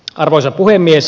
arvoisa puhemies